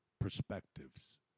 perspectives